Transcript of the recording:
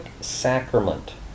sacrament